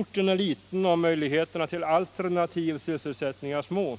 Orten är liten och möjligheterna till alternativ sysselsättning är små.